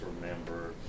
remember